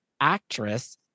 actress